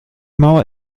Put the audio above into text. mauer